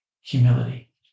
humility